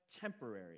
temporary